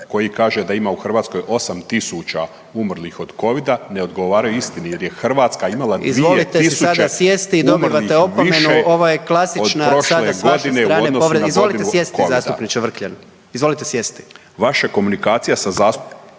koji kaže da ima u Hrvatskoj 8.000 umrlih od covida ne odgovaraju istini jer je Hrvatska imala 2.000 umrlih više od prošle godine u odnosu na godinu covida.